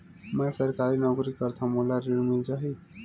मै सरकारी नौकरी करथव मोला ऋण मिल जाही?